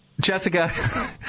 Jessica